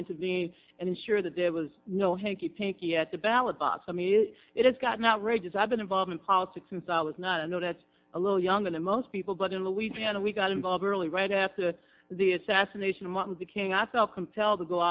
intervene and ensure that there was no hanky panky at the ballot box i mean it's gotten outrageous i've been involved in politics since i was not a no that's a little younger than most people but in louisiana we got involved early right after the assassination of martin luther king i felt compelled to go